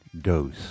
dose